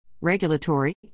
regulatory